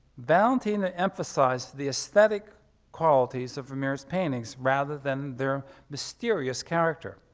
valentina emphasized the aesthetic qualities of vermeer's paintings rather than their mysterious character.